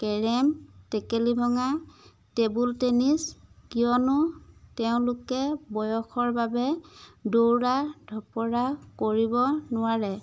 carrom টেকেলি ভঙা table tennis কিয়নো তেওঁলোকে বয়সৰ বাবে দৌৰা ধপৰা কৰিব নোৱাৰে